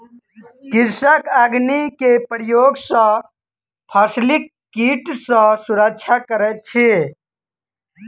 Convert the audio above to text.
कृषक अग्नि के प्रयोग सॅ फसिलक कीट सॅ सुरक्षा करैत अछि